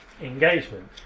engagement